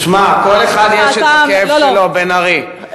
תשמע, לכל אחד יש הכאב שלו, בן-ארי.